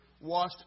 washed